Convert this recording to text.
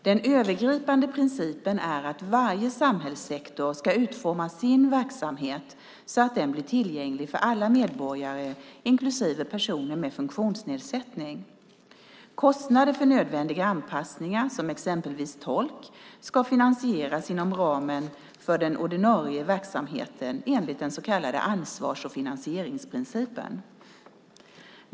Den övergripande principen är att varje samhällssektor ska utforma sin verksamhet så att den blir tillgänglig för alla medborgare, inklusive personer med funktionsnedsättning. Kostnader för nödvändiga anpassningar som exempelvis tolk ska finansieras inom ramen för den ordinarie verksamheten enligt den så kallade ansvars och finansieringsprincipen.